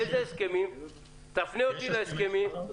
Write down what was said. תפנה אותי להסכמים.